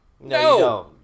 No